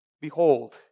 Behold